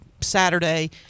saturday